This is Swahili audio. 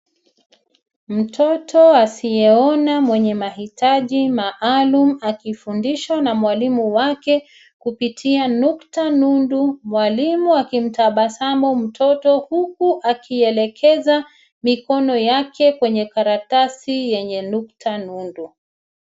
Mtoto asiyeona mwenye maitaji maalum akifundishwa na mwalimu wake kupitia nukta nundu. Mwalimu akimtabasamu mtoto uku akielekeza mikono yake kwenye karatasi yenye nukta nundu.